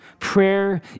Prayer